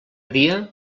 dia